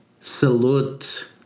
salute